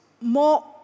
more